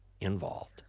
involved